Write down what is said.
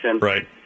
Right